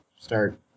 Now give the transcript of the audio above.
start